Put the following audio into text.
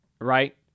right